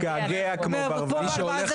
מגעגע כמו ברווז,